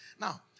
Now